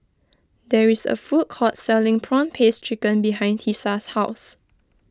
there is a food court selling Prawn Paste Chicken behind Tisa's house